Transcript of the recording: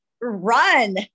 Run